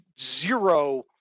zero